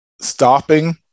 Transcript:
stopping